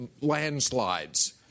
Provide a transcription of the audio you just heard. landslides